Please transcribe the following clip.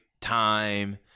time